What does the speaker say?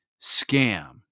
scam